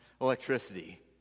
electricity